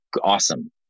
awesome